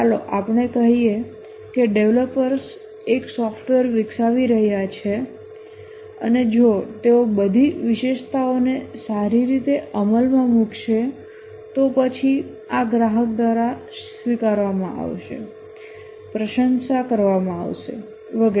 ચાલો આપણે કહીએ કે ડેવલપર્સ એક સોફ્ટવેર વિકસાવી રહ્યા છે અને જો તેઓ બધી વિશેષતાઓને સારી રીતે અમલમાં મૂકશે તો પછી આ ગ્રાહક દ્વારા સ્વીકારવામાં આવશે પ્રશંસા કરવામાં આવશે વગેરે